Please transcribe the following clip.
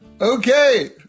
Okay